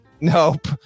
Nope